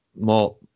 more